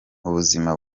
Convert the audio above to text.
ubuzima